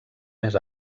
més